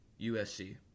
USC